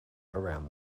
around